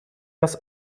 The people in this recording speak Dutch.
was